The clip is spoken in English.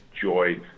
joy